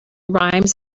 rhymes